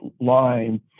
line